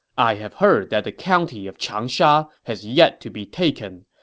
i have heard that the county of changsha has yet to be taken.